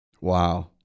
Wow